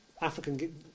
African